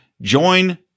Join